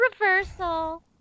reversal